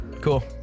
Cool